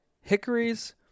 hickories